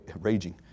raging